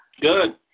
Good